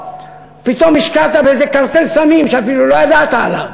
פתאום השקעת באיזה קרטל סמים שאפילו לא ידעת עליו